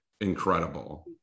incredible